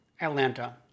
Atlanta